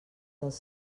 dels